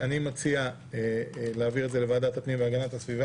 אני מציע להעביר את זה לוועדת הפנים והגנת הסביבה.